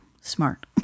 Smart